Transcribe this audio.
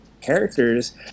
characters